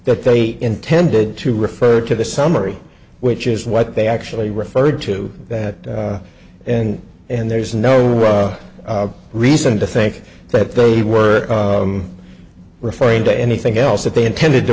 that they intended to refer to the summary which is what they actually referred to that and and there's no reason to think that they were referring to anything else that they intended to